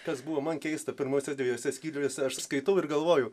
kas buvo man keista pirmuose dviejuose skyriuose aš skaitau ir galvoju